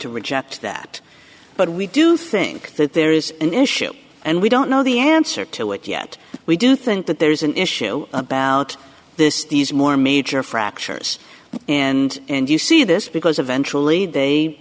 to reject that but we do think that there is an issue and we don't know the answer to it yet we do think that there is an issue about this these more major fractures and and you see this because eventually they